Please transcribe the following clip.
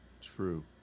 True